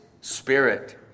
Spirit